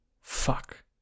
Fuck